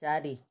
ଚାରି